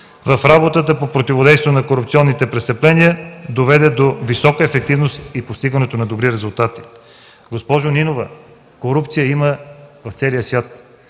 Работата по противодействие на корупционните престъпления доведе до висока ефективност и постигането на добри резултати. Госпожо Нинова, корупция има в целия свят.